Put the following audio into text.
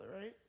right